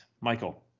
Michael